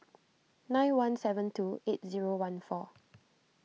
nine one seven two eight zero one four